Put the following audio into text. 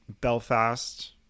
Belfast